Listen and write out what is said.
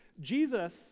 Jesus